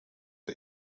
the